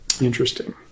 Interesting